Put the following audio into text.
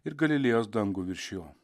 ir galilėjos dangų virš jo